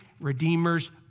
Redeemer's